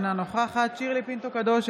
אינה נוכחת שירלי פינטו קדוש,